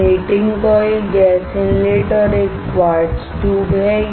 यहां heating coil gas inlet और एक क्वार्ट्ज ट्यूब हैं